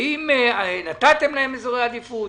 האם נתתם להם אזור עדיפות?